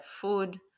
food